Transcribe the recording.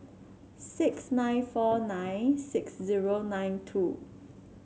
six nine four nine six zero nine two